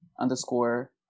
underscore